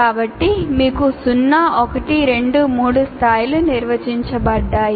కాబట్టి మీకు 0 1 2 3 స్థాయిలు నిర్వచించబడ్డాయి